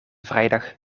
vrijdag